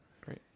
Great